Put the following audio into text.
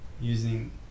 using